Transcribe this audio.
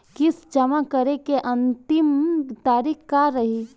किस्त जमा करे के अंतिम तारीख का रही?